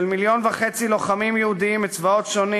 של מיליון וחצי לוחמים יהודים מצבאות שונים